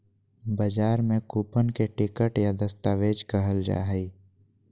बजार में कूपन के टिकट या दस्तावेज कहल जा हइ